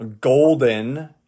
golden